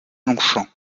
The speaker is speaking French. longchamps